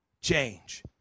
change